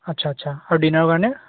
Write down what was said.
আচ্ছা আচ্ছা আৰু ডিনাৰৰ কাৰণে